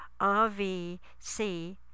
rvc